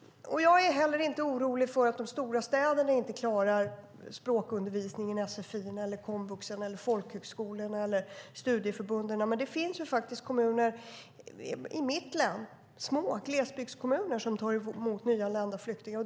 Jag är heller inte orolig för att de stora städerna inte klarar språkundervisningen i sfi, komvux, folkhögskolor eller studieförbund, men det finns faktiskt även kommuner i mitt län, små glesbygdskommuner, som tar emot nyanlända flyktingar.